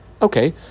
Okay